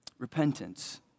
Repentance